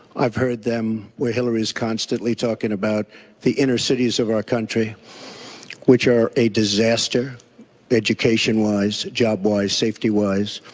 i've heard them where hillary is constantly talking about the inner cities of our country which are a disaster education-wise, job-wise, safety-wise,